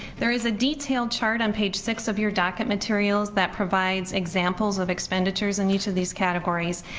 there is a detailed chart on page six of your docket materials that provides examples of expenditures and new to these categories,